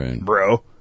bro